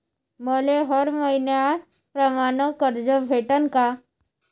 मले हर मईन्याप्रमाणं कर्ज भेटन का?